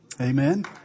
Amen